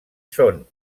són